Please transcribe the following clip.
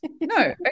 No